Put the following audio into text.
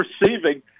receiving